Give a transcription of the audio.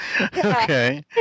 Okay